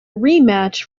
rematch